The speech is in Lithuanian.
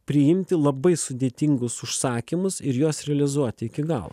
priimti labai sudėtingus užsakymus ir juos realizuoti iki galo